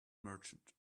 merchant